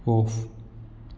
off